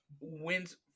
wins